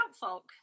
folk